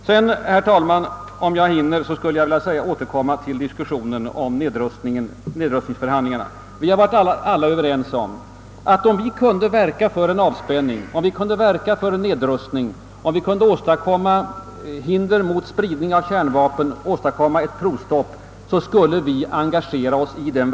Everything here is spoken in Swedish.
Sedan skulle jag, herr talman, helt kort vilja återkomma till diskussionen om = nedrustningsförhandlingarna. Vi har alla varit överens om att om vi kunde verka för avspänning och nedrustning, om vi kunde åstadkomma hinder för spridning av kärnvapnen och åstad komma ett provstopp, skulle vi engagera oss därför.